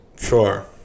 Sure